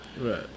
Right